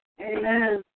Amen